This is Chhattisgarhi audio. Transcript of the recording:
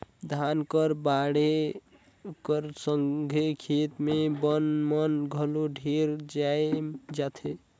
धान कर बाढ़े कर संघे खेत मे बन मन घलो ढेरे जाएम जाथे